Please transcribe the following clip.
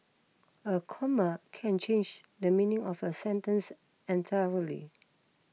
a comma can change the meaning of a sentence entirely